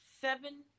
seven